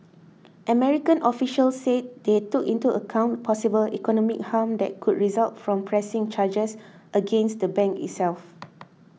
American officials said they took into account possible economic harm that could result from pressing charges against the bank itself